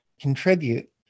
contribute